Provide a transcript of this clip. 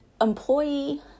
employee